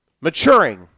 Maturing